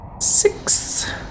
six